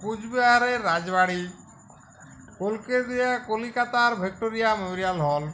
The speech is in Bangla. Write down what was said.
কোচবিহারের রাজবাড়ি কোলকেতিয়া কলিকাতার ভিক্টোরিয়া মেমরিয়াল হল